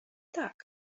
tak